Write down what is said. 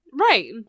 Right